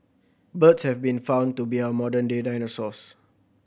birds have been found to be our modern day dinosaurs